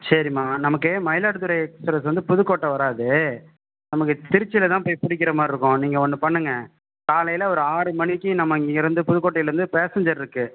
சரிம்மா நமக்கு மயிலாடுதுறைங்கறது வந்து புதுக்கோட்டை வராது நமக்கு திருச்சியில்தான் போய் பிடிக்கிற மாதிரி இருக்கும் நீங்கள் ஒன்று பண்ணுங்கள் காலையில் ஒரு ஆறு மணிக்கு நம்ம இங்கிருந்து புதுக்கோட்டையிலிருந்து பேஸ்சேன்ஜர் இருக்கு